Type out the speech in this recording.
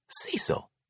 Cecil